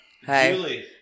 hey